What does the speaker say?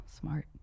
smart